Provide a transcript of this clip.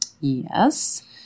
Yes